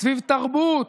סביב תרבות,